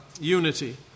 unity